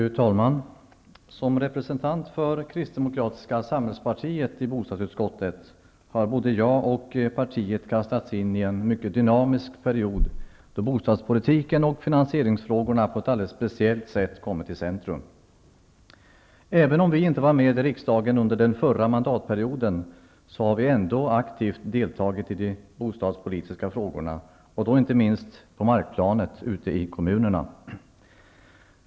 Fru talman! Som representant för Kristdemokratiska samhällspartiet i bostadsutskottet har jag, liksom partiet, kastats in i en mycket dynamisk period då bostadspolitiken och finansieringsfrågorna på ett alldeles speciellt sätt kommit i centrum. Även om vi inte var med i riksdagen under den förra mandatperioden, har vi ändå aktivt deltagit i debatten om de bostadspolitiska frågorna, och då inte minst på markplanet ute i kommunerna.